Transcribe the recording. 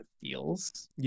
feels